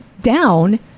down